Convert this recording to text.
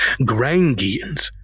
Grangians